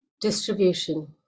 Distribution